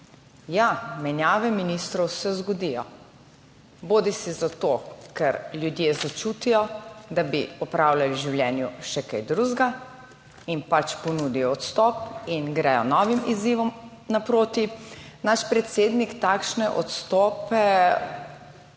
Ja, menjave ministrov se zgodijo bodisi zato, ker ljudje začutijo, da bi opravljali v življenju še kaj drugega, in pač ponudijo odstop in gredo novim izzivom naproti. Naš predsednik takšne odstope